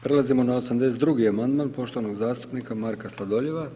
Prelazimo na 82. amandman poštovanog zastupnika Marka Sladoljeva.